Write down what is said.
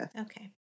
Okay